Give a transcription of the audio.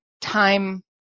time